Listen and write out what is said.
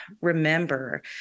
remember